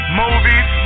movies